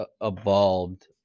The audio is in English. evolved